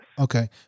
Okay